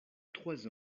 trois